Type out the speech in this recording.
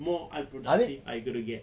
more unproductive are you going to get